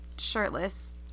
Shirtless